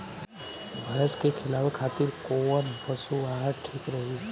भैंस के खिलावे खातिर कोवन पशु आहार ठीक रही?